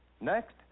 Next